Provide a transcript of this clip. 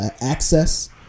access